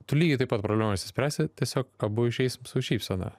tu lygiai taip pat problemas išspręsi tiesiog abu išeisim su šypsena